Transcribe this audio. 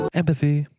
empathy